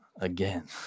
again